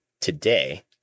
today